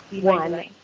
one